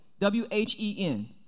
W-H-E-N